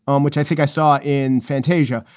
um which i think i saw in fantasia.